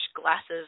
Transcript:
glasses